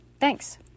Thanks